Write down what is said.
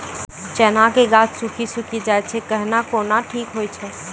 चना के गाछ सुखी सुखी जाए छै कहना को ना ठीक हो छै?